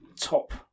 top